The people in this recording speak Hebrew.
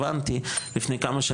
אני בזמנו ניסיתי,